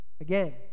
Again